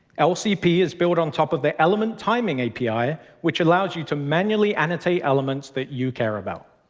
lcp is built on top of the element timing api, which allows you to manually annotate elements that you care about.